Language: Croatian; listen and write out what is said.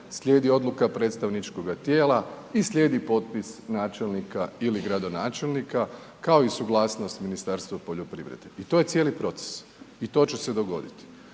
slijedi odluka predstavničkoga tijela i slijedi potpis načelnika ili gradonačelnika, kao i suglasnost Ministarstva poljoprivrede, to je cijeli proces i to će se dogoditi.